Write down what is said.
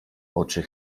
oczy